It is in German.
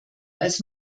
als